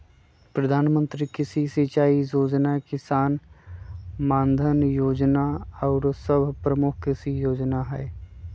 प्रधानमंत्री कृषि सिंचाई जोजना, किसान मानधन जोजना आउरो सभ प्रमुख कृषि जोजना हइ